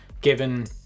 given